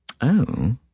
Oh